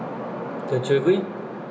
don't you agree